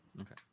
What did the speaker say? Okay